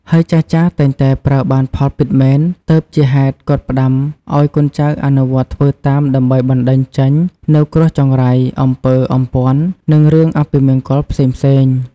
ហើយចាស់ៗតែងតែប្រើបានផលពិតមែន ទើបជាហេតុគាត់ផ្តាំឲ្យកូនចៅអនុវត្តធ្វើតាមដើម្បីបណ្តេញចេញនូវគ្រោះចង្រៃ អំពើអំព័ន្ធ និងរឿងអពមង្គលផ្សេងៗ។